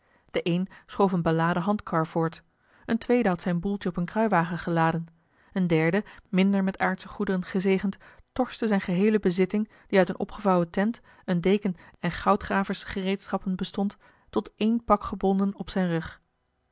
een schoof eene beladen handkar voort een tweede had zijn boeltje op een kruiwagen geladen een derde minder met aardsche goederen gezegend torste zijne geheele bezitting die uit eene opgevouwen tent eene deken en goudgraversgereedschappen bestond tot één pak gebonden op zijn rug